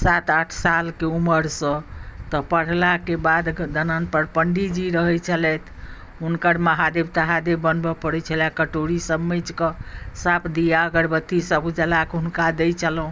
सात आठ सालके उमेरसँ तऽ पढ़लाके बाद दलानपर पण्डीजी रहैत छलथि हुनकर महादेव तहादेव बनबय पड़ैत छलए कटोरीसभ माँजि कऽ साफ दिया अगरबत्तीसभ जलाए कऽ हुनका दैत छलहुँ